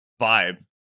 vibe